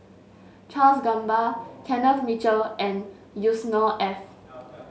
Charles Gamba Kenneth Mitchell and Yusnor Ef